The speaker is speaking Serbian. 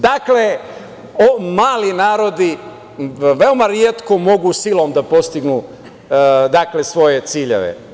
Dakle, mali narodi veoma retko mogu silom da postignu svoje ciljeve.